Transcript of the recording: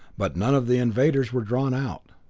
but none of the invaders were drawn out.